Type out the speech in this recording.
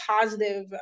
positive